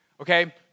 Okay